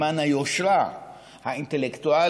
למען היושרה האינטלקטואלית,